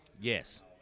Yes